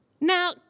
Now